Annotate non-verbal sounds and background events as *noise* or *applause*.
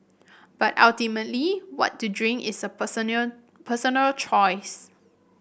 but ultimately what to drink is a *unintelligible* personal choice